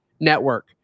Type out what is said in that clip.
Network